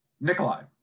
Nikolai